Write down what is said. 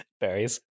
Berries